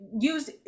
use